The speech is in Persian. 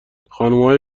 خانمهای